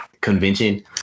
convention